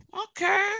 Okay